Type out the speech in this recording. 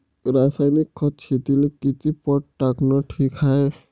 रासायनिक खत शेतीले किती पट टाकनं ठीक हाये?